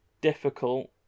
difficult